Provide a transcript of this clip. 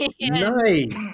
Nice